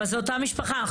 אבל זה אותה משפחה.